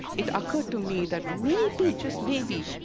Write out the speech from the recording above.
it occurred to me that maybe, just maybe,